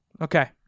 Okay